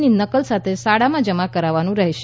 ની નકલ સાથે શાળામાં જમા કરાવવાનું રહેશે